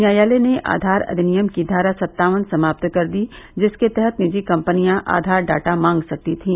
न्यायालय ने आधार अधिनियम की धारा सत्तावन समाप्त कर दी जिसके तहत निजी कम्पनियां आधार डाटा मांग सकती थी